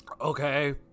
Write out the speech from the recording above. okay